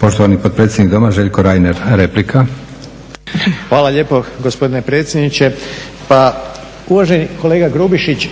Poštovani potpredsjednik Doma Željko Reiner, replika. **Reiner, Željko (HDZ)** Hvala lijepo gospodine predsjedniče. Pa uvaženi kolega Grubišić